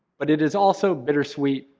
but it is also bittersweet,